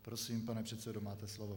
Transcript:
Prosím, pane předsedo, máte slovo.